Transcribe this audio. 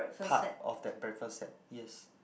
part of that breakfast set yes